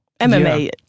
MMA